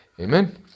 Amen